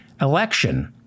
election